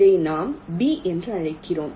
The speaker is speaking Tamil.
இதை நாம் B என்று அழைக்கிறோம்